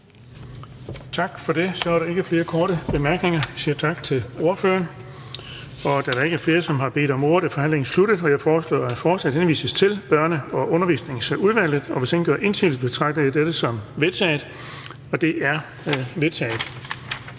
Tak for det. Der er ikke flere korte bemærkninger, så vi siger tak til ordføreren. Da der ikke er flere, som har bedt om ordet, er forhandlingen sluttet. Jeg foreslår, at forslaget til folketingsbeslutning henvises til Udenrigsudvalget. Og hvis ingen gør indsigelse, betragter jeg dette som vedtaget. Det er vedtaget.